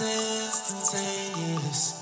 instantaneous